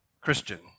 Christian